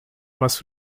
was